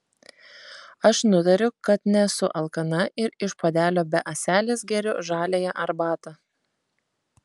aš nutariu kad nesu alkana ir iš puodelio be ąselės geriu žaliąją arbatą